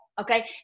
okay